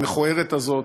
המכוערת הזאת,